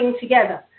together